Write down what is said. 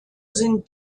sind